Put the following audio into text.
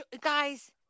guys